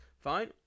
Fine